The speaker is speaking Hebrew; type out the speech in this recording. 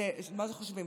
מה זה חושבים,